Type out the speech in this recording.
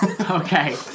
Okay